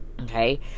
Okay